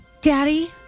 Daddy